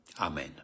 Amen